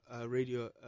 radio